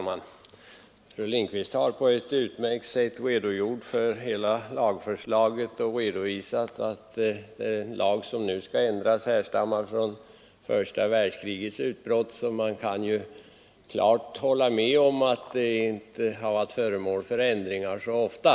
Herr talman! Fru Lindquist har på ett utmärkt sätt redogjort för hela lagförslaget. Hon har också nämnt att den lag som nu skall ändras härstammar från tiden för första världskrigets utbrott, så jag kan ju hålla med om att den inte har varit föremål för ändringar så ofta.